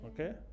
Okay